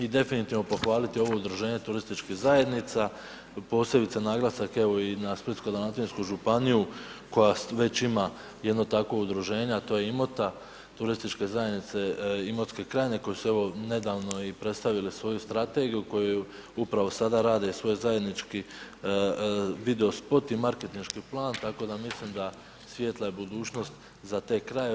I definitivno pohvaliti ovo udruženje turističkih zajednica, posebno naglasak evo i na Splitsko-dalmatinsku županiju koja već ima jedno takvo udruženje a to je IMOT-a turističke zajednice Imotske krajine koji su evo i nedavno predstavili svoju strategiju koju upravo sada rade svoj zajednički video spot i marketinški plan tako da mislim da svijetla je budućnost za te krajeve.